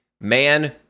man